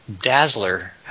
Dazzler